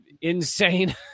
insane